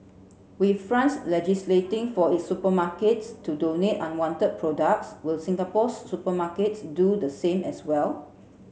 with France legislating for its supermarkets to donate unwanted products will Singapore's supermarkets do the same as well